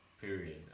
period